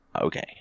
okay